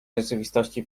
rzeczywistości